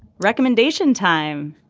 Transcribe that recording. recommendation time.